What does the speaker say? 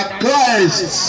Christ